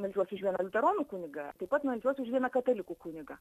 meldžiuosi už vieną liuteronų kunigą taip pat meldžiuosi už vieną katalikų kunigą